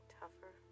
tougher